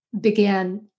began